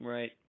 Right